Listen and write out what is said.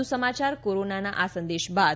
વધુ સમાચાર કોરોના અંગેના આ સંદેશ બાદ